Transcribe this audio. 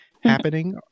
happening